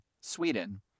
Sweden